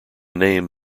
name